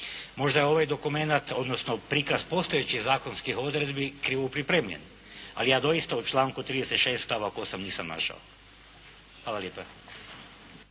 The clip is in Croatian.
Možda je ovaj dokumenat, odnosno prikaz postojećih zakonskih odredbi krivo pripremljen, ali ja doista u članku 36. stavak 8. nisam našao. Hvala lijepa.